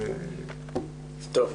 תודה.